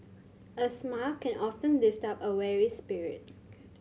a smile can often lift up a weary spirit